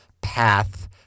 path